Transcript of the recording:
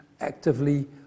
actively